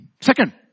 Second